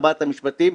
ארבעת המשפטים,